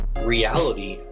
reality